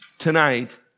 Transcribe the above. tonight